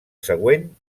següent